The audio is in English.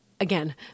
Again